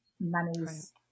money's